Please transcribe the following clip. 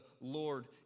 Lord